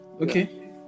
okay